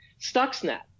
stuxnet